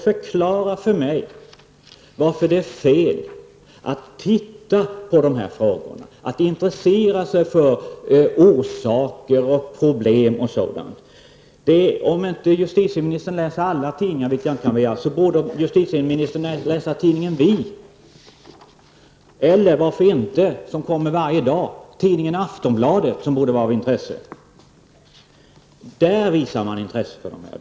Förklara för mig varför det är fel att titta på dessa frågor och intressera sig för orsaker, problem m.m. Om inte justitieministern läser alla tidningar, vilket jag inte kan begära, borde hon ändå läsa tidningen Vi eller varför inte tidningen Aftonbladet, som borde vara av intresse och som kommer varje dag. I Aftonbladet visar man intresse för dessa frågor.